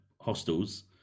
hostels